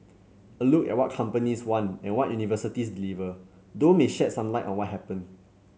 a look at what companies want and what universities deliver though may shed some light on what happened